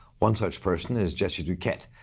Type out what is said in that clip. one such person is jesse duquette,